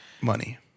Money